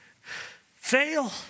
fail